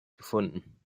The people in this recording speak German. gefunden